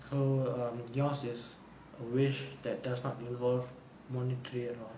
so um yours is a wish that does not involve monetary at all